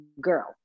girl